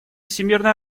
всемирной